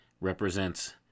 represents